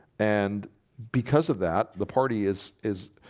and because of that the party is is